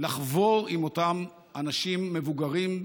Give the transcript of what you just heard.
לחבור לאותם אנשים מבוגרים,